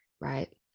right